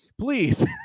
please